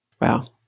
Wow